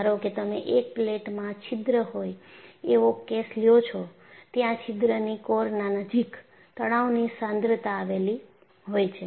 ધારો કે તમે એક પ્લેટમાં છિદ્ર હોય એવો કેસ લ્યો છો ત્યાં છિદ્રની કોરના નજીક તણાવની સાંદ્રતા આવેલી હોય છે